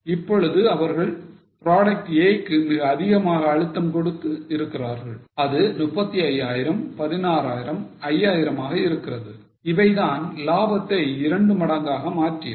இப்பொழுது அவர்கள் Product A க்கு மிக அதிகமாக அழுத்தம் கொடுத்து இருக்கிறார்கள் அது 35000 16000 5000 ஆக இருக்கிறது இவைதான் லாபத்தை இரண்டு மடங்காக மாற்றியது